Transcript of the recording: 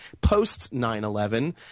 post-9-11